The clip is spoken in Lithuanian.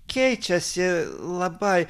keičiasi labai